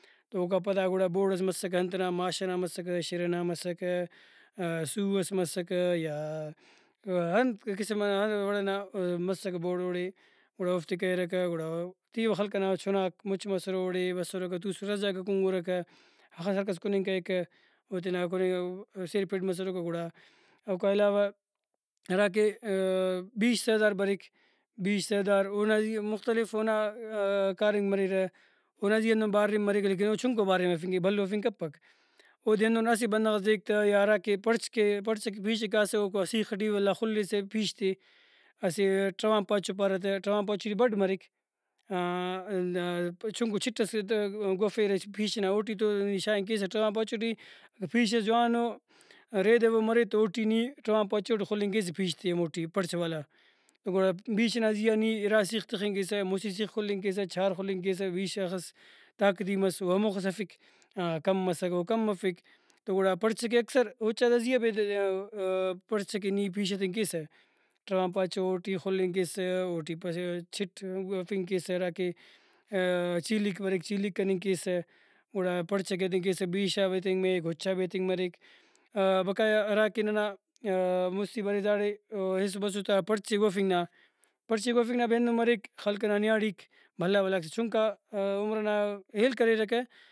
تو اوکا پدا گڑا بوڑس مسکہ انت نا ماش ئنا مسکہ شِر ئنا مسکہ سُو ئس مسکہ یا انت قسم ئنا انت وڑ ئنا مسکہ بوڑ اوڑے گڑا اوفتے کریرکہ گڑا تیبہ خلق ئنا چُھناک مُچ مسرہ اوڑے بسرکہ توسرہ اسہ جاگہ کُنگرکہ ہخس ہرکس کُننگ کریکہ او تینا کُننگ سیر پھڈ مسرکہ گڑا۔ اوکا علاوہ ہراکہ بیش سڑدار بریک بیش سرداراونا زیہا مختلف اونا کاریمک مریرہ اونا زیہان ہم باریم مریک لیکن او چُنکو ہرفنگ کیک بھلو ہرفنگ کپک اودے ہندن اسہ بندغس دیک تہ یا ہراکہ پڑچ کے پڑچ ئکہ بیش ئے کاسہ اوکاپد سیخ ٹی ولدا خُلسہ پیش تے اسہ ٹرغان پاچو پارہ تہ ٹرغان پاچو ٹی بھڈ مریک چُنکو چِٹ سے تہ گوفیرہ پیش ئنا اوٹی تو نی شاغنگ ٹرغان پاچو ٹی اگہ پیش ئس جوانو ریدوو تو اوٹی نی ٹرغان پاچو ٹی خُلنگ کیسہ پیش تے ہموٹی پڑچ والا تو گڑا بیش ئنا زیہا نی اِرا سیخ تخنگ کیسہ مُسہ سیخ خُلنگ کیسہ چھار خُلنگ کیسہ بیش ہخس طاقتی مس او ہموخس ہرفک کم مسک او کم ارفک تو گڑا پڑچ کہ اکثر اُچاتا زیہا بھی پڑچ کہ نی پیش ہتنگ کیسہ ٹرغان پاچو ٹی خُلنگ کیسہ اوٹی چٹ گوفنگ کیسہ ہرا کہ چیلک مریک چیلک کننگ کیسہ گڑا پڑچ ئکہ ہتنگ کیس بیشا بھی ہتنگ مریک اُچا بھی ہتنگ مریک بقایا ہراکہ ننا مُستی برے داڑے ایسر بسر تا پڑچے گوفنگ نا پڑچے گوفنگ نا بھی ہندن مریک خلق ئنا نیاڑیک بھلا بھلا کہ چُنکا عمر ئنا ہیل کریرکہ